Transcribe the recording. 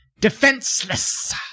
defenseless